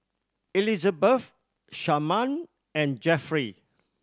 Elizabet Sharman and Jeffrey